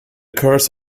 curse